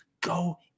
Go